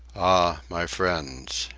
ah, my frien's,